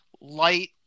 light